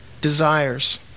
desires